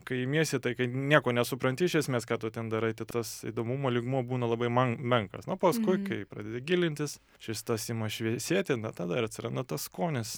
kai imiesi tai kai nieko nesupranti iš esmės ką tu ten darai tai tas įdomumo lygmuo būna labai man menkas nu paskui kai pradedi gilintis šis tas ima šviesėti tada ir atsiranda tas skonis